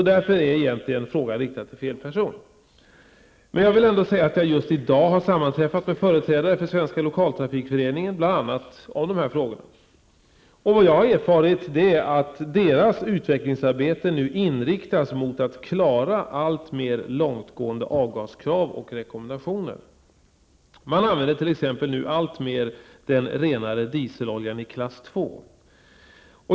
Därför är frågan egentligen riktad till fel person. Jag vill ändå säga att jag just i dag har sammanträffat med företrädare för Svenska lokaltrafikföreningen och diskuterat bl.a. dessa frågor. Vad jag har erfarit är att deras utvecklingsarbete nu inriktas mot att klara alltmer långtgående avgavskrav och rekommendationer. Man använder t.ex. nu alltmer den renare dieseloljan i klass 2.